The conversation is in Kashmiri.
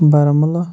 بارہمولہ